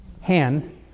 hand